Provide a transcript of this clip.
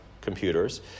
computers